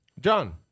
John